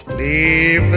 the